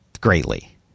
greatly